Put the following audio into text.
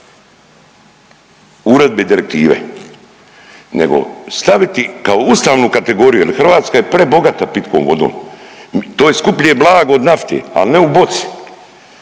uredbe i direktive nego staviti kao ustavnu kategoriju jel Hrvatska je prebogata pitkom vodom, to je skuplje blago od nafte, al ne u boci